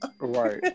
Right